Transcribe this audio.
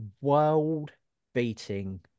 world-beating